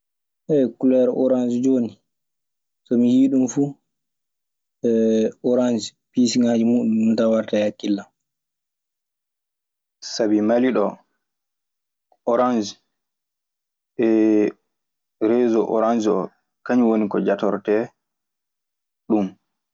kuleer oransa jooni so mi yii ɗun fuu. Orange piisŋaaji muuɗun ɗun tan warta e hakkille an. Sabi Mali ɗoo, Orans e reesoo Orange oo, kañun woni ko jatorteee ɗun.